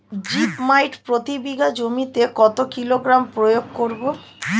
Zip মাইট প্রতি বিঘা জমিতে কত কিলোগ্রাম প্রয়োগ করব?